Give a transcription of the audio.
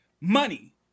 money